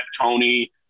tony